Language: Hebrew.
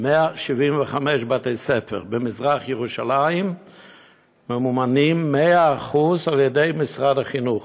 175 בתי-ספר במזרח-ירושלים ממומנים 100% על-ידי משרד החינוך.